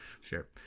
sure